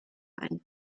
ein